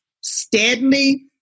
steadily